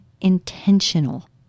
intentional